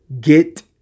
Get